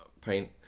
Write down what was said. paint